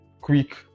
quick